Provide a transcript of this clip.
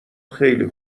خیلی